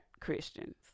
Christians